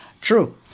True